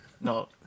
No